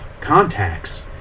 contacts